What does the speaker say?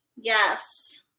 Yes